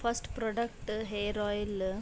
first product hair oil